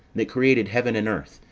that created heaven and earth,